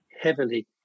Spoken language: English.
heavily